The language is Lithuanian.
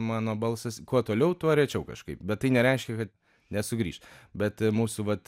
mano balsas kuo toliau tuo rečiau kažkaip bet tai nereiškia kad nesugrįš bet mūsų vat